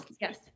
yes